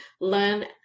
learn